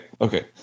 Okay